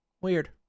Weird